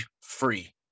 free